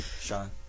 Sean